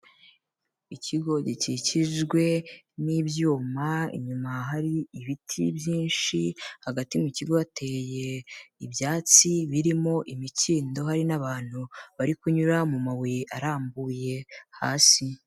Ikigo gikikijwe n'ibyuma inyuma hari ibiti byinshi, hagati mu kigo hateye ibyatsi birimo imikindo, hari n'abantu bari kunyura mu mabuye arambuye hasi.